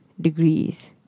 degrees